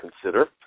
consider